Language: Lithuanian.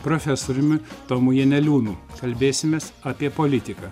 profesoriumi tomu janeliūnu kalbėsimės apie politiką